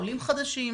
עולים חדשים.